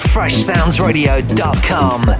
FreshSoundsRadio.com